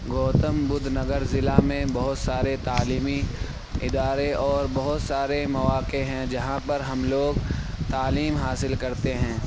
گوتم بدھ نگر ضلع میں بہت سارے تعلیمی ادارے اوربہت سارے مواقع ہیں جہاں پر ہم لوگ تعلیم حاصل کرتے ہیں